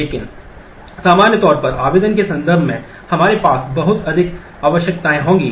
लेकिन सामान्य तौर पर आवेदन के संदर्भ में हमारे पास बहुत अधिक आवश्यकताएं होंगी